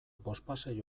bospasei